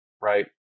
right